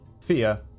fear